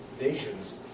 nations